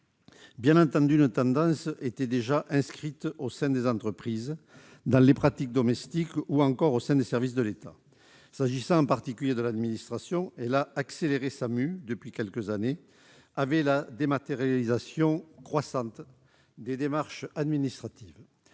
Bien entendu, une telle tendance se faisait déjà jour au sein des entreprises, dans les pratiques domestiques ou encore au sein des services de l'État. S'agissant en particulier de l'administration, elle a accéléré sa mue depuis quelques années, avec la dématérialisation croissante des démarches administratives.